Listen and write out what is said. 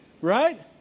Right